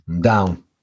Down